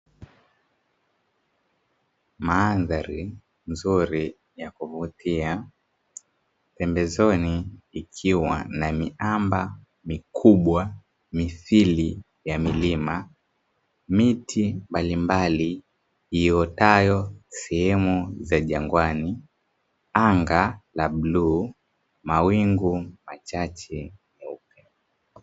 Maandhari nzuri ya kuvutia pembezoni ikiwa na miamba mikubwa mithili ya milima, miti mbalimbali iotayo sehemu za jangwani, anga la bluu mawingu machache meupe.